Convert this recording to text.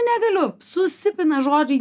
negaliu susipina žodžiai